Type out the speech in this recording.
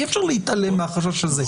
אי-אפשר להתעלם מהחשש הזה.